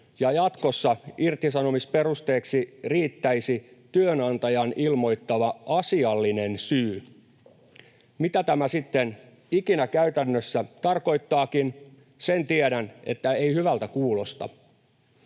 ja jatkossa irtisanomisperusteeksi riittäisi työnantajan ilmoittama asiallinen syy. Mitä tämä sitten ikinä käytännössä tarkoittaakin, sen tiedän, että ei hyvältä kuulosta.